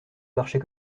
marcher